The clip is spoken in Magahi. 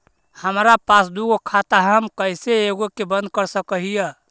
हमरा पास दु गो खाता हैं, हम कैसे एगो के बंद कर सक हिय?